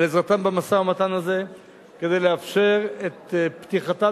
על עזרתם במשא-ומתן הזה כדי לאפשר את פתיחתן